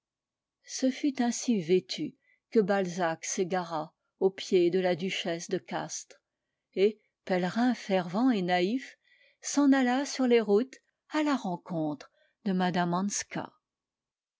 ce fut ainsi vêtu que balzac s'égara aux pieds de la duchesse de castries et pèlerin fervent et naïf s'en alla sur les routes à la rencontre de m